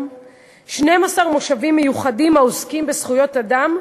12 מושבים מיוחדים העוסקים בזכויות אדם,